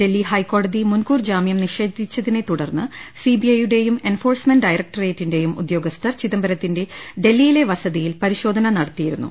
ഡൽഹി ഹൈക്കോടതി മുൻകൂർ ജാമ്യം നിഷേധിച്ചതിനെ തുടർന്ന് സിബി ഐയുടെയും എൻഫോഴ്സ്മെന്റ് ഡയറക്ടറേറ്റിന്റെയും ഉദ്യോ ഗസ്ഥർ ചിദംബരത്തിന്റെ ഡൽഹിയിലെ വസതിയിൽ പരിശോ ധന നടത്തിയിരുന്നു